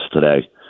today